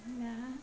ਮੈਂ